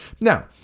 Now